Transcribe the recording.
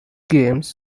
games